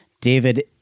David